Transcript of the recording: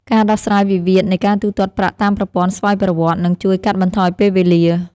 ការដោះស្រាយវិវាទនៃការទូទាត់ប្រាក់តាមប្រព័ន្ធស្វ័យប្រវត្តិ នឹងជួយកាត់បន្ថយពេលវេលា។